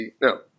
no